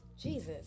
Jesus